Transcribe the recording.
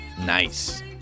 Nice